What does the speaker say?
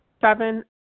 Seven